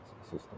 system